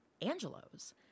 Angelo's